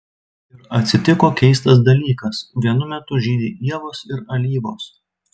ir atsitiko keistas dalykas vienu metu žydi ievos ir alyvos